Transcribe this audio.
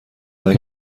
وقت